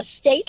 state